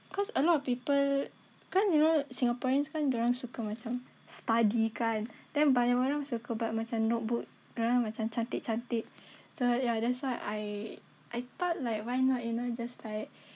cause a lot of people kan you know singaporeans kan diorang suka macam study kan then banyak orang suka buat macam notebook diorang macam cantik cantik so yeah that's why I I thought like why not you know just like